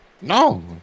No